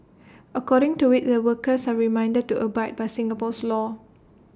according to IT the workers are reminded to abide by Singapore's laws